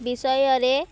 ବିଷୟରେ